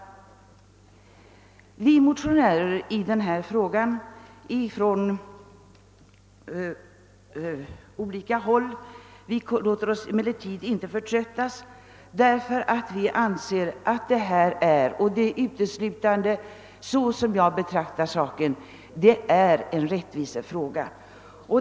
Det har ju i lagfrågor nästan aldrig hänt att man fått till stånd en jämkning genom att den ena kammaren fogat sig i ett majoritetsbeslut i medkammaren. Vi motionärer, som ju tillhör olika partier, förtröttas inte, eftersom vi anser att det rör sig om en rättvisefråga.